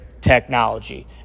technology